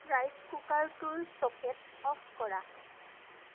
rice কুকাৰটোৰ socket off কৰা